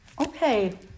okay